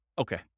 Okay